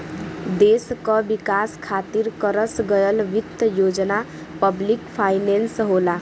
देश क विकास खातिर करस गयल वित्त योजना पब्लिक फाइनेंस होला